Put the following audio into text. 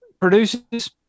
produces